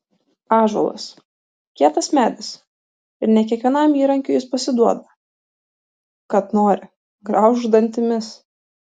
ąžuolas kietas medis ir ne kiekvienam įrankiui jis pasiduoda kad nori graužk dantimis